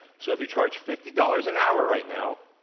so if we charge fifty dollars an hour right now,